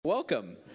Welcome